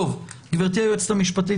גברתי היועצת המשפטית,